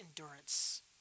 endurance